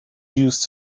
used